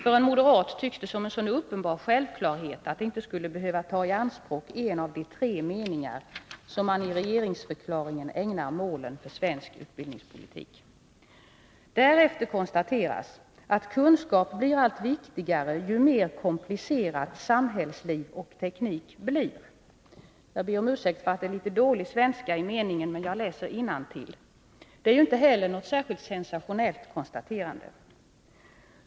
För en moderat tycks det som en sådan uppenbar självklarhet att det inte skulle behöva ta i anspråk en av de tre meningar som man i regeringsförklaringen ägnar målen för svensk utbildningspolitik. Därefter konstateras att kunskap ”Dblir allt viktigare ju mer komplicerat samhällsliv och teknik blir”. Jag ber om ursäkt för att det är litet dålig svenska i meningen, men jag läser innantill. Det är ju inte heller något särskilt sensationellt konstaterande.